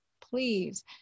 please